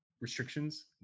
restrictions